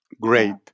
Great